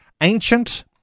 ancient